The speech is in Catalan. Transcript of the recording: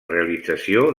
realització